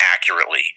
accurately